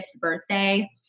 birthday